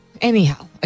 Anyhow